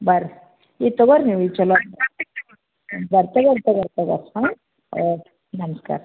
ಬರ್ರಿ ಇದು ತಗೊಳ್ರಿ ನೀವು ಇದು ಚಲೋ ಬರ್ತಾ ಬರ್ತಾ ಬರ್ತಾ ಬರ್ತಾ ಓಕೆ ನಮಸ್ಕಾರ